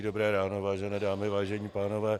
Dobré ráno, vážené dámy, vážení pánové.